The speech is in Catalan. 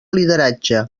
lideratge